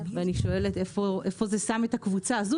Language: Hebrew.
ואני שואלת איפה זה שם את הקבוצה הזו